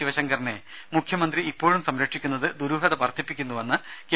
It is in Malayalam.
ശിവശങ്കറിനെ മുഖ്യമന്ത്രി ഇപ്പോഴും സംരക്ഷിക്കുന്നത് ദുരൂഹത വർധിപ്പിക്കുന്നുവെന്ന് കെ